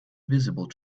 visible